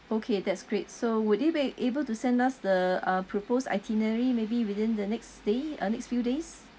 okay that's great so would you be able to send us the uh proposed itinerary maybe within the next day uh next few days